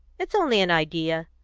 it's only an idea.